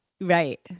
Right